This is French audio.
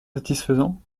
satisfaisants